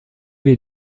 wir